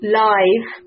live